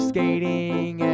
skating